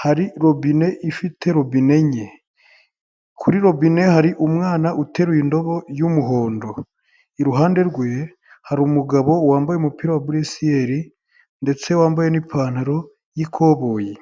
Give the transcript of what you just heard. hari robine ifite rObine enye kuri robine hari umwana uterura indobo y'umuhondo, iruhande rwe harirumu umugabo wambaye umupira wa buresiyeli ndetse wambaye n'ipantaro y'ikoboyi.